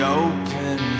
open